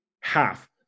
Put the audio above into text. Half